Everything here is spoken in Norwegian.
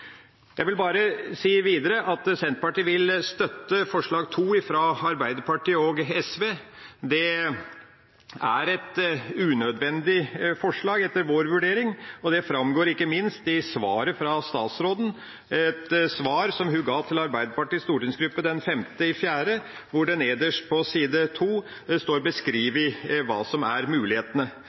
Jeg vil bare si videre at Senterpartiet vil støtte forslag nr. 2, fra Arbeiderpartiet og SV. Det er et unødvendig forslag etter vår vurdering, og det framgår ikke minst av svaret fra statsråden, et svar som hun ga til Arbeiderpartiets stortingsgruppe den 5. april, hvor det nederst på side 2 står beskrevet hva som er mulighetene.